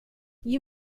you